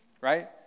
right